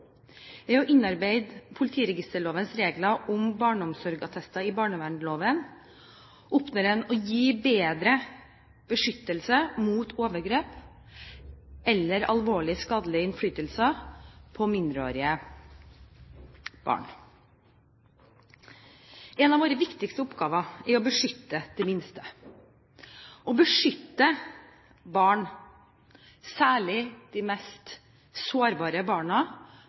Ved å innarbeide politiregisterlovens regler om barneomsorgsattester i barnevernsloven oppnår en å gi bedre beskyttelse mot overgrep eller alvorlig skadelig innflytelse på mindreårige barn. En av våre viktigste oppgaver er å beskytte de minste. Å beskytte barn – særlig de mest sårbare barna